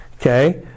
Okay